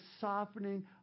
softening